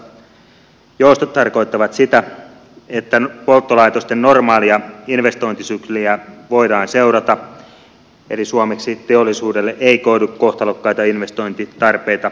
joustot tarkoittavat sitä että polttolaitosten normaalia investointisykliä voidaan seurata eli suomeksi teollisuudelle ei koidu kohtalokkaita investointitarpeita etuaikaisesti